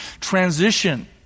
transition